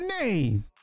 name